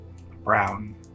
Brown